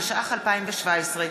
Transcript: התשע"ח 2017,